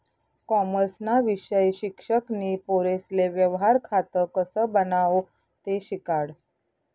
कॉमर्सना विषय शिक्षक नी पोरेसले व्यवहार खातं कसं बनावो ते शिकाडं